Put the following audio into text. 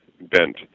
bent